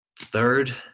third